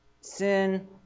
Sin